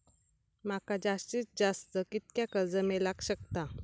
माका जास्तीत जास्त कितक्या कर्ज मेलाक शकता?